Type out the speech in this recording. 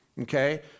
Okay